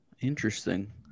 Interesting